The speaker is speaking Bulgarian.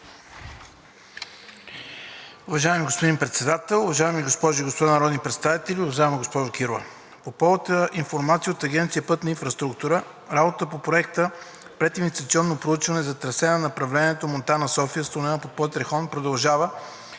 Уважаеми господин Председател, уважаеми госпожи и господа народни представители, уважаема госпожо Кирова! По информация от Агенция „Пътна инфраструктура“ работата по проекта „Прединвестиционно проучване за трасе на направлението Монтана – София с тунел под Петрохан“ продължава.